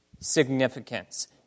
significance